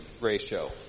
ratio